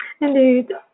Indeed